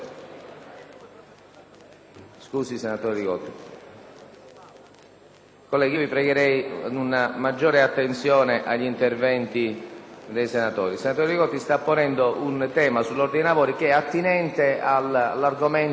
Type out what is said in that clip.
Colleghi, vi pregherei di prestare maggiore attenzione agli interventi dei senatori. Il senatore Li Gotti sta ponendo un problema sull'ordine dei lavori attinente all'argomento in trattazione in